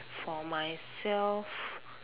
for myself